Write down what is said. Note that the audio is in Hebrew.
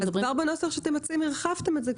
אני מבינה שבנוסח שאתם מציעים הרחבתם את זה,